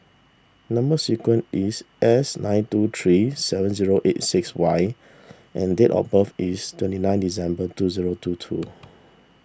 Number Sequence is S nine two three seven zero eight six Y and date of birth is twenty nine December two zero two two